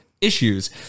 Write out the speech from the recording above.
issues